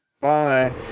Bye